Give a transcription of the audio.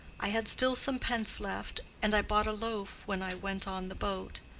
i had still some pence left, and i bought a loaf when i went on the boat.